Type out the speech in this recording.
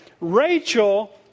Rachel